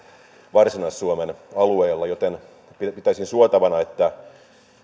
varsinais suomen alueella joten pitäisin suotavana että